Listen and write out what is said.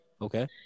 Okay